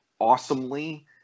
awesomely